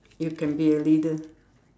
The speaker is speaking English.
you can be a leader